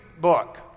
book